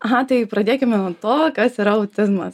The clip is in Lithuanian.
aha tai pradėkime nuo to kas yra autizmas